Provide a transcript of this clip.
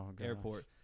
airport